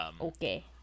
Okay